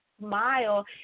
smile